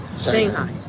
Shanghai